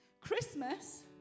Christmas